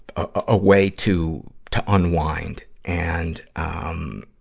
a way to, to unwind. and, um,